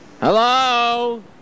Hello